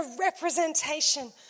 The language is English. representation